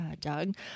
Doug